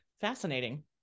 fascinating